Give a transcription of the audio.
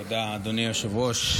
תודה, אדוני היושב-ראש.